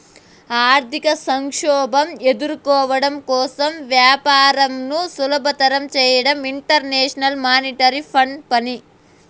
ఆర్థిక సంక్షోభం ఎదుర్కోవడం కోసం వ్యాపారంను సులభతరం చేయడం ఇంటర్నేషనల్ మానిటరీ ఫండ్ పని